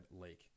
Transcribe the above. lake